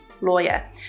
lawyer